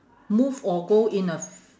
move or go in a